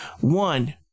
One